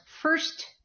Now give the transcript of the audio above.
first